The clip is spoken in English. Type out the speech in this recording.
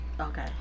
Okay